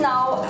now